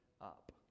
up